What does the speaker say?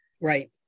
right